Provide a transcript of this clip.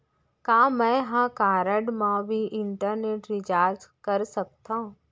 का मैं ह कारड मा भी इंटरनेट रिचार्ज कर सकथो